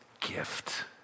gift